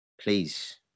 Please